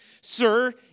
Sir